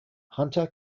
hunter